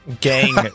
gang